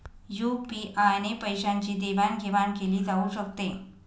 UPI ने पैशांची देवाणघेवाण केली जाऊ शकते